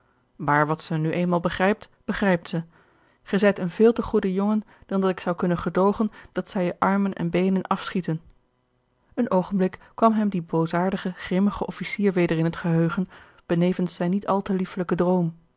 maar wat ze nu eenmaal begrijpt begrijpt ze gij zijt een veel te goede jongen dan dat ik zou kunnen gedoogen dat zij je armen en beenen afschieten een oogenblik kwam hem die boosaardige grimmige officier weder in het geheugen benegeorge een ongeluksvogel vens zijn niet al te liefelijke droom